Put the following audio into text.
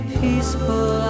peaceful